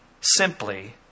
simply